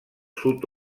sud